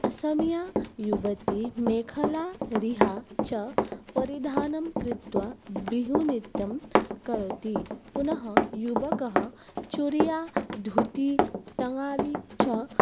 असमीया युवति मेखला रिहा च परिधानं कृत्वा बिहूनृत्यं करोति पुनः युवकः चुरिया धुति तङाली च